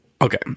Okay